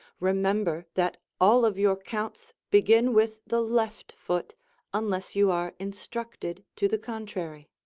remember that all of your counts begin with the left foot unless you are instructed to the contrary.